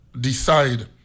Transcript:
decide